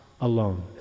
alone